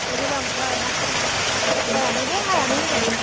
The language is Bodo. ओमफ्राय गोजां बोथोराव आरो हाया बारा हायानो दे हायानो होनजायो